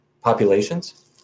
populations